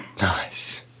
nice